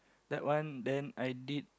that one then I did